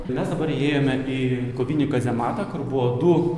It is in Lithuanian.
mes dabar įėjome į kovinį kazematą kur buvo du